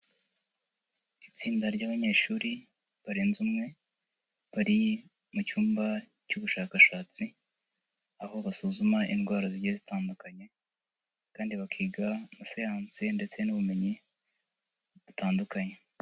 Itsinda ry'abanyeshuri barenze umwe, bari mu cyumba cy'ubushakashatsi, aho basuzuma indwara zigiye zitandukanye kandi bakiga na siyanse ndetse n'ubumenyi butandukanye.